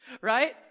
Right